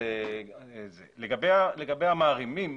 לגבי המערימים,